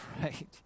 Right